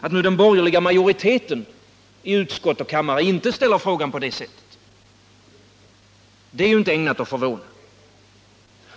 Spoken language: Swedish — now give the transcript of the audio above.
Att den borgerliga majoriteten i utskott och kammare inte ställer frågorna på det sättet är inte ägnat att förvåna.